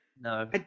no